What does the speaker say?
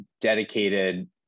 dedicated